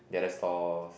the other stores